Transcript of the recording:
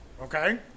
okay